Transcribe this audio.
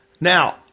Now